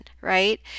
right